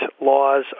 laws